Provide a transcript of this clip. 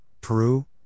Peru